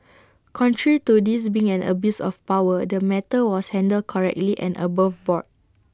contrary to this being an abuse of power the matter was handled correctly and above board